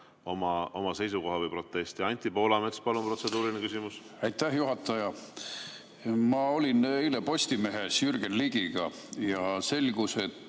oma seisukoha või protesti. Anti Poolamets, palun protseduuriline küsimus! Aitäh, juhataja! Ma olin eile Postimehes koos Jürgen Ligiga ja selgus, et